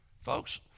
Folks